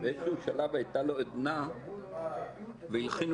אבל אפילו את הדמוקרטיה הפורמלית,